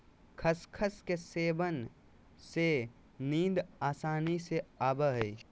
खसखस के सेवन से नींद आसानी से आवय हइ